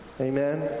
Amen